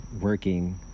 working